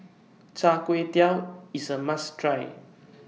Char Kway Teow IS A must Try